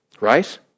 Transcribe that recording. Right